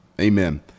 Amen